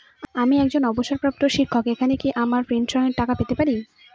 আমি একজন অবসরপ্রাপ্ত শিক্ষক এখানে কি আমার পেনশনের টাকা পেতে পারি?